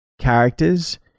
characters